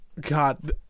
God